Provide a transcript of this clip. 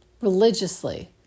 religiously